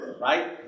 right